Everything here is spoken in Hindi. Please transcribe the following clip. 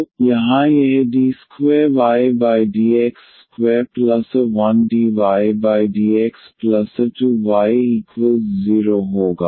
तो यहाँ यह d2ydx2a1dydxa2y0 होगा